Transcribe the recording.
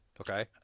okay